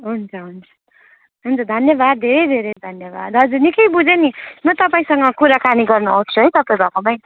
हुन्छ हुन्छ हुन्छ धन्यवाद धेरै धैरे धन्यवाद हजुर निकै बुझेँ नि म तपाईँसँग कुराकानी गर्नु आउँछु है तपाईँ भएकोमै